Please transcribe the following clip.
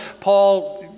Paul